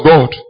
God